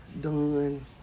Done